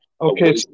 Okay